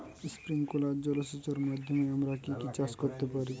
Sprinkler জলসেচের মাধ্যমে আমরা কি কি চাষ করতে পারি?